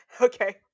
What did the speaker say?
Okay